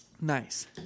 Nice